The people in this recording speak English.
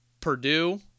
Purdue